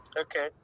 Okay